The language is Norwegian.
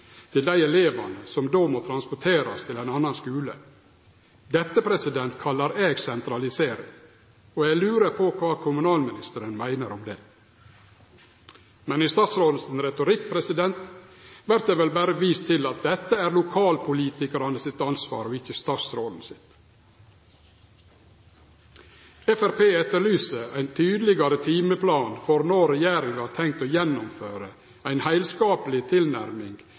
til dei elevane som då må transporterast til ein annan skule. Dette kallar eg sentralisering, og eg lurer på kva kommunalministeren meiner om det. Men i statsråden sin retorikk vert det vel berre vist til at dette er lokalpolitikarane sitt ansvar og ikkje statsråden sitt. Framstegspartiet etterlyser ein tydelegare timeplan for når regjeringa har tenkt å gjennomføre ei heilskapleg tilnærming